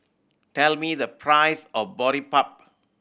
tell me the price of Boribap